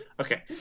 Okay